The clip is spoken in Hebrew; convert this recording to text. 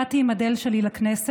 באתי עם אדל שלי לכנסת.